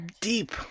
deep